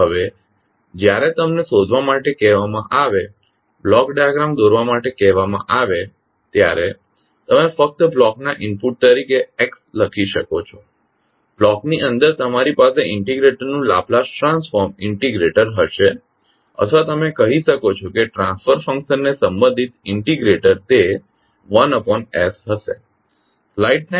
હવે જ્યારે તમને શોધવા માટે કહેવામાં આવે બ્લોક ડાયાગ્રામ દોરવા માટે કહેવામાં આવે ત્યારે તમે ફક્ત બ્લોકના ઇનપુટ તરીકે X લખી શકો છો બ્લોકની અંદર તમારી પાસે ઇન્ટિગ્રેટરનું લાપ્લાસ ટ્રાન્સફોર્મ ઇન્ટિગ્રેટર હશે અથવા તમે કહી શકો છો કે ટ્રાન્સફર ફંક્શનને સંબંધિત ઇન્ટિગ્રેટર તે 1s હશે